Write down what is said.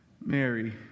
Mary